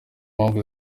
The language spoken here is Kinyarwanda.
mpamvu